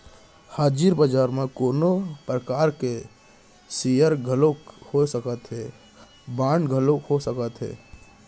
हाजिर बजार म कोनो परकार के सेयर घलोक हो सकत हे, बांड घलोक हो सकत हे